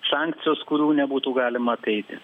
sankcijos kurių nebūtų galima apeiti